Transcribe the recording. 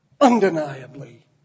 undeniably